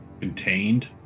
contained